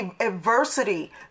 adversity